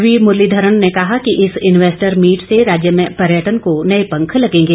we Muralidharan ने कहा कि इस इन्वेस्टर मीट से राज्य में पर्यटन को नए पंख लगेंगे